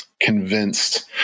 convinced